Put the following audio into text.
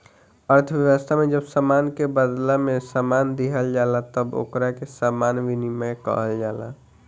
अर्थव्यवस्था में जब सामान के बादला में सामान दीहल जाला तब ओकरा के सामान विनिमय कहल जाला